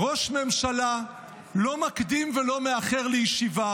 "ראש ממשלה לא מקדים ולא מאחר לישיבה,